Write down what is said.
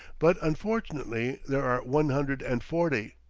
but unfortunately there are one hundred and forty,